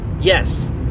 yes